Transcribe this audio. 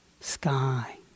sky